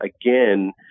again